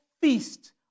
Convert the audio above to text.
feast